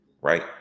Right